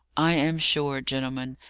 i am sure, gentlemen,